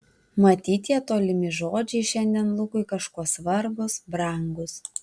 matyt tie tolimi žodžiai šiandien lukui kažkuo svarbūs brangūs